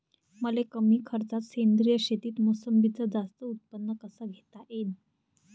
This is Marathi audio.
मले कमी खर्चात सेंद्रीय शेतीत मोसंबीचं जास्त उत्पन्न कस घेता येईन?